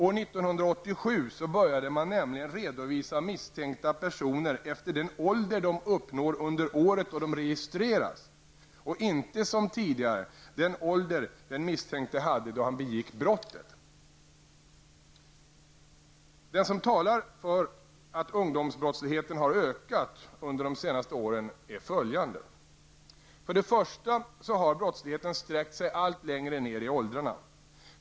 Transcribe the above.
År 1987 började man nämligen redovisa misstänkta personer efter den ålder de uppnår under året då de registreras och inte som tidigare den ålder den misstänkte hade då han begick brottet. Det som talar för att ungdomsbrottsligheten har ökat under de senaste åren är följande. För det första har brottsligheten sträckt sig allt längre ned i åldrarna.